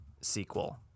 sequel